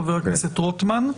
חבר הכנסת רוטמן.